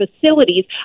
facilities